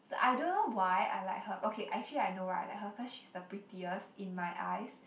I don't know why I like her okay actually I know why I like her cause she's the prettiest in my eyes